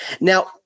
Now